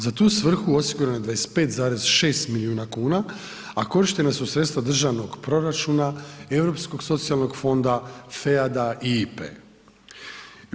Za tu svrhu osigurano je 25,6 milijuna kuna, a korištena su sredstva državnog proračuna, Europskog socijalnog fonda, FEAD-a i IPA-e.